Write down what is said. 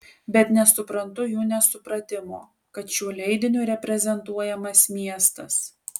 bet nesuprantu jų nesupratimo kad šiuo leidiniu reprezentuojamas miestas